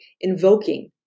invoking